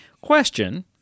Question